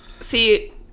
See